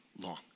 long